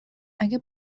اگه